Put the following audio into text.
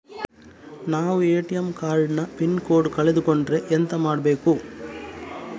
ನಾವು ATM card ನ pin code ಕಳೆದು ಕೊಂಡ್ರೆ ಎಂತ ಮಾಡ್ಬೇಕು?